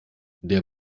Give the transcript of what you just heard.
der